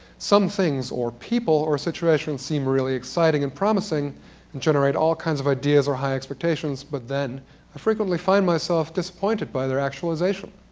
some things, or people, or situations, seem really exciting and promising to and generate all kinds of ideas or high expectations, but then i frequently find myself disappointed by their actualization.